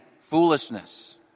foolishness